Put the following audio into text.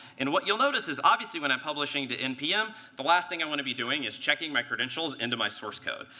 and what you'll notice is, obviously, when i'm publishing to npm, the last thing i want to be doing is checking my credentials into my source code.